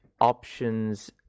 options